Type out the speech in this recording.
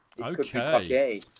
Okay